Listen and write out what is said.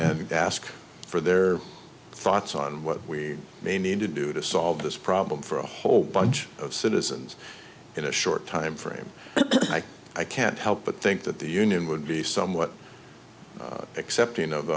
and ask for their thoughts on what we may need to do to solve this problem for a whole bunch of citizens in a short time frame i can't help but think that the union would be somewhat accepting of